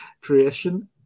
creation